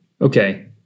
Okay